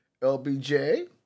LBJ